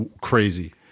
crazy